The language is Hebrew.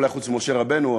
אולי חוץ ממשה רבנו,